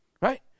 right